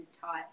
taught